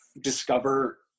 discover